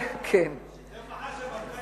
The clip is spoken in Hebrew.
כנראה לא צריך, זו ההוכחה שהמרוקאים השתלטו.